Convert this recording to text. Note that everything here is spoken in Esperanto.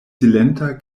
silenta